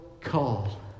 call